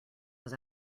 was